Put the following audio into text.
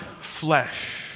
flesh